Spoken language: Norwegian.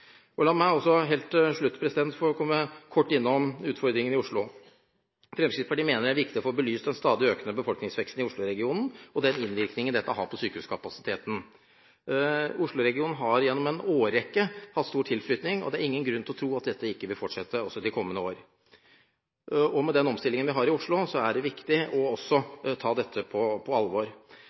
forslaget. La meg helt til slutt kort få komme innom utfordringene i Oslo. Fremskrittspartiet mener det er viktig å få belyst den stadig økende befolkningsveksten i Oslo-regionen og den innvirkning dette har på sykehuskapasiteten. Oslo-regionen har gjennom en årrekke hatt stor tilflytning, og det er ingen grunn til å tro at dette ikke vil fortsette også i kommende år. Med den omstillingen man har ved sykehusene i Oslo, er det viktig å ta dette på alvor.